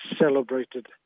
celebrated